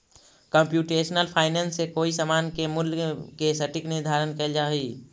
computational finance से कोई समान के मूल्य के सटीक निर्धारण कैल जा हई